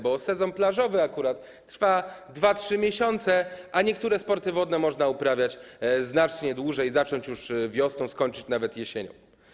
Bo sezon plażowy trwa 2–3 miesiące, a niektóre sporty wodne można uprawiać znacznie dłużej, zacząć już wiosną, skończyć nawet jesienią.